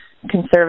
conservative